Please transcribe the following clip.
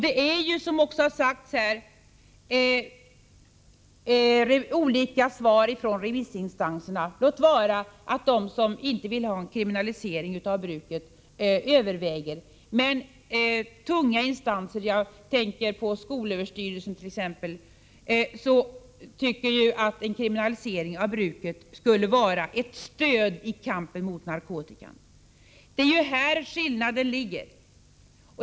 Det har ju, som också sagts här, kommit in olika svar från remissinstanserna, låt vara att de som inte vill ha en kriminalisering av bruket överväger. Men tunga instanser — jag tänker på skolöverstyrelsen t.ex. tycker att en kriminalisering av bruket skulle vara ett stöd i kampen mot narkotikan. Det är ju här skillnaden ligger.